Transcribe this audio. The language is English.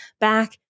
back